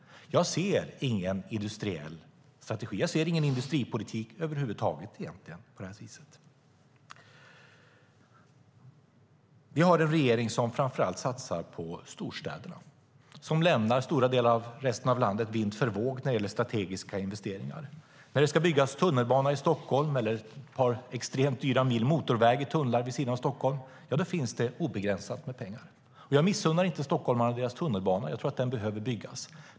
Jag ser ingen industriell strategi. Jag ser egentligen ingen industripolitik över huvud taget. Vi har en regering som framför allt satsar på storstäderna och som lämnar stora delar av resten av landet vind för våg när det gäller strategiska investeringar. När det ska byggas tunnelbana i Stockholm eller ett par extremt dyra mil motorväg i tunnlar vid sidan av Stockholm finns det obegränsat med pengar. Jag missunnar inte stockholmarna deras tunnelbana; jag tror att den behöver byggas.